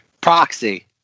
Proxy